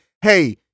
hey